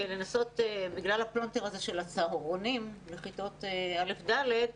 בגלל הפלונטר של הצהרונים וכיתות א' ד',